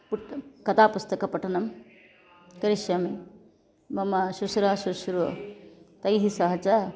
पुटं कथापुस्तकपठनं करिष्यामि मम श्वशुरः श्वश्रूः तैः सह च